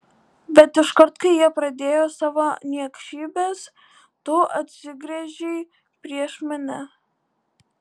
bet iškart kai jie pradėjo savo niekšybes tu atsigręžei prieš mane